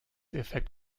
effekt